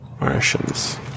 Martians